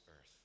earth